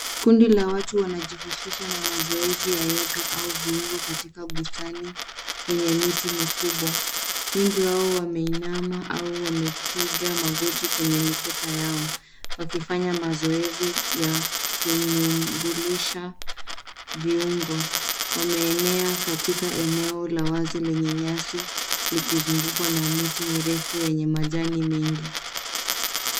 Kundi la watu wanajihusisha na mazoezi ya yoga au viungo katika bustani yenye miti mikubwa. Wengi wao wameinama au wamepiga magoti kwenye mikeka yao wakifanya mazoezi ya kunyumbulisha viungo. Wameenea katika eneo la wazi lenye nyasi likizungukwa na miti mirefu yenye majani mengi.